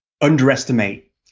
underestimate